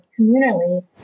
communally